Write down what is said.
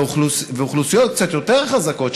ואוכלוסיות קצת יותר חזקות,